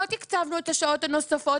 לא תקצבנו את השעות הנוספות.